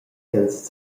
ch’els